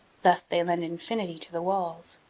thus they lend infinity to the walls.